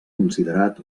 considerat